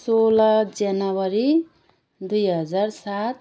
सोह्र जनवरी दुई हजार सात